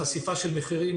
חשיפה של מחירים,